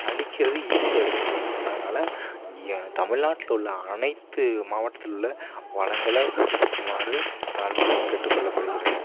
அழிக்கிறது ஈஸி அழிச்சிவிட்டு போயிருலாம் அதனால இ ஏ தமிழ்நாட்டில் உள்ள அனைத்து மாவட்டத்திலுள்ள வளங்களை புதுப்பிக்குமாறு தாழ்மையுடன் கேட்டுக்கொள்ளப்படுகிறேன்